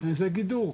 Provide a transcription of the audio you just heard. זה גידור,